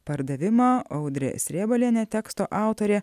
pardavimą audrė srėbalienė teksto autorė